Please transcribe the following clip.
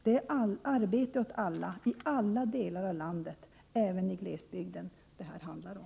Det är arbete åt alla i alla delar av landet, även i glesbygden, som det här handlar om.